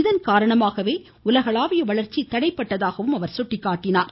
இதன் காரணமாகவே உலகளாவிய வளர்ச்சி தடைப்பட்டதாகவும் அவர் எடுத்துரைத்தார்